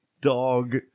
Dog